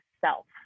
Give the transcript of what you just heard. self